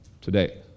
today